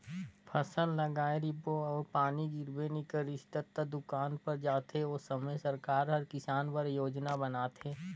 फसल लगाए रिबे अउ पानी गिरबे नी करिस ता त दुकाल पर जाथे ओ समे में सरकार हर किसान बर योजना बनाथे